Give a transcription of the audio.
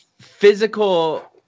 Physical